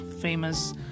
famous